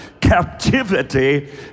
captivity